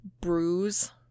bruise